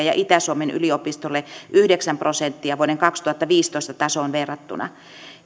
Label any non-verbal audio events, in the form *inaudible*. *unintelligible* ja itä suomen yliopistolle yhdeksän prosenttia vuoden kaksituhattaviisitoista tasoon verrattuna